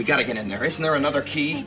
we've got to get in there isn't there another ke